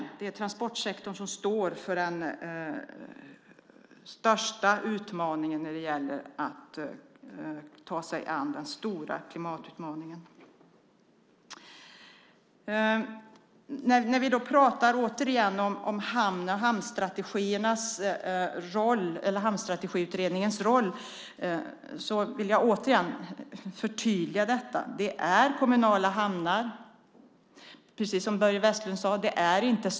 Det är transportsektorn som står för den största utmaningen när det gäller att ta sig an klimatfrågor. När vi pratar om hamnar och Hamnstrategiutredningens roll vill jag återigen förtydliga att det är fråga om kommunala hamnar, precis som Börje Vestlund sade.